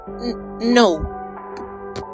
No